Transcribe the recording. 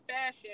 fashion